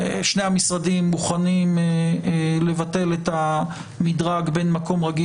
שני המשרדים מוכנים לבטל את המדרג בין מקום רגיל